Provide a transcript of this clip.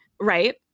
right